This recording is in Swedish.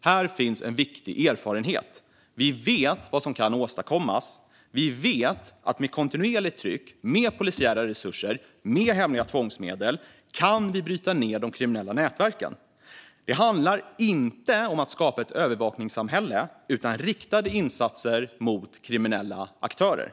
här finns en viktig erfarenhet. Vi vet vad som kan åstadkommas. Vi vet att med ett kontinuerligt tryck, med polisiära resurser och med hemliga tvångsmedel kan vi bryta ned de kriminella nätverken. Det handlar inte om att skapa ett övervakningssamhälle utan om riktade insatser mot kriminella aktörer.